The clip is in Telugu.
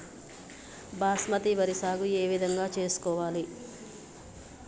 బాస్మతి వరి సాగు ఏ విధంగా చేసుకోవాలి?